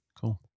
Cool